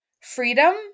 Freedom